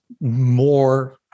more